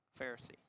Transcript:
Pharisee